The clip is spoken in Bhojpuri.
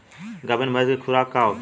गाभिन भैंस के खुराक का होखे?